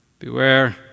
Beware